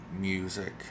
music